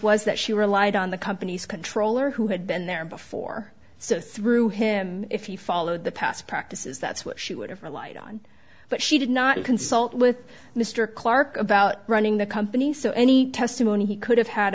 was that she relied on the company's controller who had been there before so through him if he followed the past practices that's what she would have relied on but she did not consult with mr clarke about running the company so any testimony he could have had